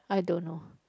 I don't know